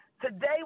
today